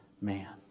man